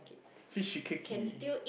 fishy cakey